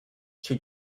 she